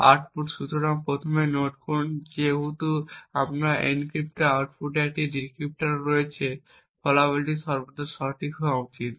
output সুতরাং প্রথমে note করুন যে যেহেতু বা প্রতিটি এনক্রিপ্টর আউটপুটে একটি ডিক্রিপ্টরও রয়েছে ফলাফলগুলি সর্বদা সঠিক হওয়া উচিত